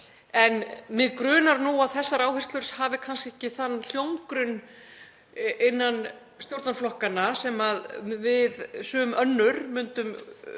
en mig grunar nú að þessar áherslur hafi kannski ekki þann hljómgrunn innan stjórnarflokkanna sem við sum önnur myndum vilja sjá.